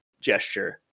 gesture